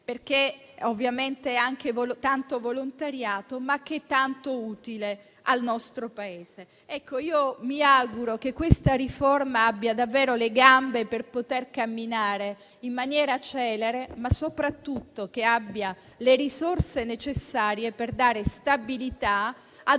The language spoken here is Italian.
perché basato su tanto volontariato, ma molto utile al nostro Paese. Mi auguro che questa riforma abbia davvero le gambe per poter camminare in maniera celere, ma soprattutto abbia le risorse necessarie per dare stabilità ad